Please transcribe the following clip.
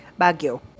Baguio